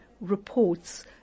reports